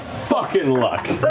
fucking luck.